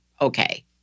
okay